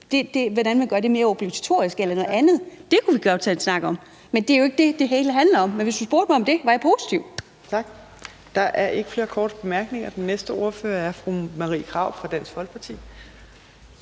kommunernes tilskud mere obligatorisk eller noget andet. Det kunne vi godt tage en snak om, men det er jo ikke det, det her handler om. Men hvis du spurgte mig om det, ville jeg være positiv. Kl. 15:19 Fjerde næstformand (Trine Torp): Tak. Der er ikke flere korte bemærkninger. Den næste ordfører er fru Marie Krarup fra Dansk Folkeparti.